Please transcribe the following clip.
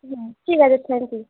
হুম ঠিক আছে thank you